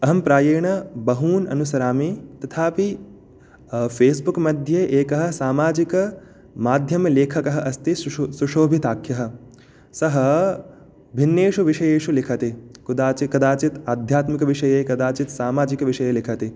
अहं प्रायेण बहून् अनुसरामि तथापि फ़ेस्बुक् मध्ये एकः सामाजिकमाध्यमलेखकः अस्ति सुशो सुशोभिताख्य सः भिन्नेषु विषयेषु लिखति कदाचित् कदाचित् आध्यात्मिकविषये कदाचित् सामाजिकविषये लिखति